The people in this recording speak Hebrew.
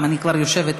אם אני כבר יושבת פה,